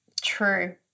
True